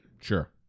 Sure